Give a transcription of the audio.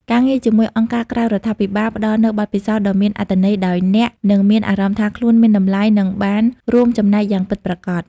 ការងារជាមួយអង្គការក្រៅរដ្ឋាភិបាល ផ្ដល់នូវបទពិសោធន៍ដ៏មានអត្ថន័យ ដោយអ្នកនឹងមានអារម្មណ៍ថាខ្លួនមានតម្លៃ និងបានរួមចំណែកយ៉ាងពិតប្រាកដ។